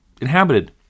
inhabited